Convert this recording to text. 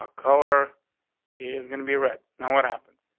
ah color. he is gonna be read now. what happens?